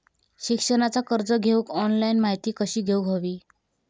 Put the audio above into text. शिक्षणाचा कर्ज घेऊक ऑनलाइन माहिती कशी घेऊक हवी?